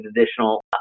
additional